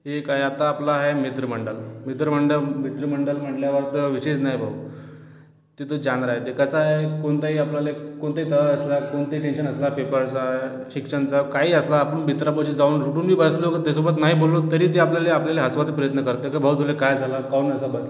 एक आहे आता आपलं आहे मित्रमंडळ मित्रमंडळ मित्रमंडळ म्हटल्यावर तर विषयच नाही भाऊ ते तर छान राहते कसं आहे कोणतंही आपल्याला एक कोणतंही ताण असला कोणतंही टेन्शन असला पेपरचा शिक्षणचा काही असला आपण मित्रापाशी जाऊन रुठूनबी बसलो का त्याच्यासोबत नाही बोललो तरी ते आपल्याला आपल्याला हसवायचा प्रयत्न करतात की भाऊ तुला काय झालं काहून असा बसला